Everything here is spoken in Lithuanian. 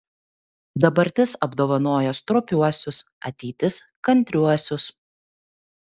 dabartis apdovanoja stropiuosius ateitis kantriuosius